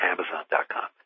Amazon.com